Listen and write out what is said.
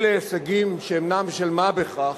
אלה הישגים שהם אינם של מה בכך,